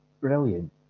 brilliant